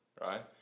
right